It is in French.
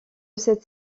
cette